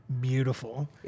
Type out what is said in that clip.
beautiful